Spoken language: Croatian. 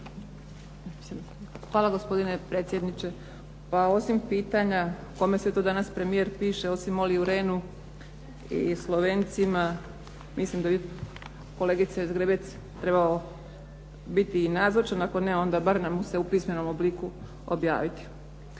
Hvala gospodine predsjedniče. Pa osim pitanja kome se to danas premijer piše osim Oliju Rehnu i Slovencima, mislim da bi kolegice Zgrebec trebao biti i nazočan, ako ne, onda bar da nam se u pismenom obliku objaviti.